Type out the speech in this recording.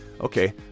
Okay